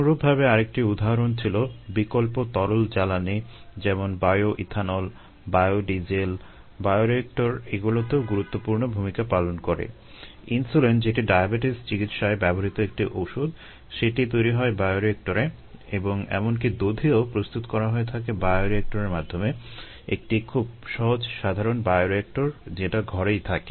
অনুরূপ ভাবে আরেকটি উদাহরণ ছিল বিকল্প তরল জ্বালানী যেমন বায়োইথানল এর চিকিৎসায় ব্যবহৃত একটি ওষুধ সেটি তৈরি হয় বায়োরিয়েক্টরে এবং এমনকি দধিও প্রস্তুত করা হয়ে থাকে বায়োরিয়েক্টরের মাধ্যমে একটি খুব সহজ সাধারণ বায়োরিয়েক্টর যেটা ঘরেই থাকে